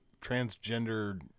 transgender